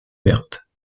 pertes